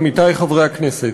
עמיתי חברי הכנסת,